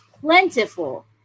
plentiful